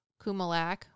Kumalak